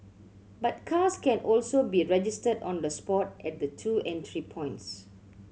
but cars can also be registered on the spot at the two entry points